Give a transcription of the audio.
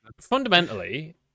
fundamentally